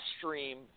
Stream